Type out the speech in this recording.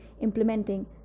implementing